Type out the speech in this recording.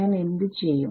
ഞാൻ എന്ത് ചെയ്യും